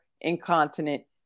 incontinent